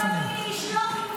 אבל תעשו כבר,